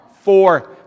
four